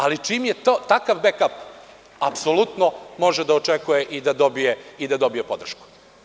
Ali, čim je takav „bekap“, apsolutno može da očekuje i da dobije podršku.